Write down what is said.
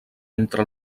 entre